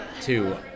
two